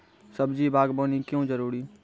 सब्जी बागवानी क्यो जरूरी?